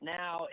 now